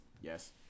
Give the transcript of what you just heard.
yes